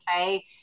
okay